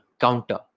counter